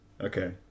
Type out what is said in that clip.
Okay